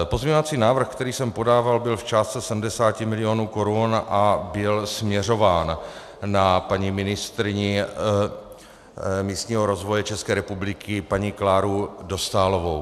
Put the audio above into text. Pozměňovací návrh, který jsem podával, byl v částce 70 mil. korun a byl směřován na paní ministryni místního rozvoje České republiky paní Kláru Dostálovou.